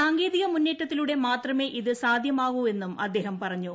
സാങ്കേതിക മുന്നേറ്റത്തിലൂടെ മാത്രമേ ഇത് സാധ്യമാകൂ എന്നും അദ്ദേഹം പറഞ്ഞു